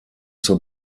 zur